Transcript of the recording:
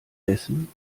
dessen